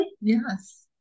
Yes